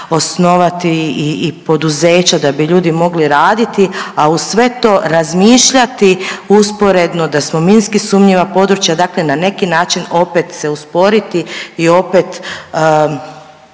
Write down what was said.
osnovati i poduzeća da bi ljudi mogli raditi, a uz sve to razmišljati usporedno da smo minski sumnjiva područja. Dakle, na neki način opet se usporiti i opet